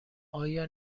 آیا